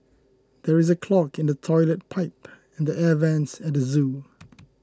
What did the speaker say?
there is a clog in the Toilet Pipe and the Air Vents at the zoo